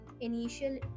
initial